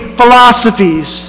philosophies